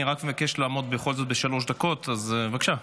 אני רק מבקש לעמוד בכל זאת בשלוש דקות, בבקשה.